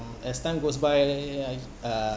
as time goes by I uh